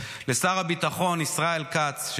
לשר הביטחון ישראל כץ,